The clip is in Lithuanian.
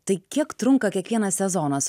tai kiek trunka kiekvienas sezonas